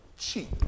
Cheap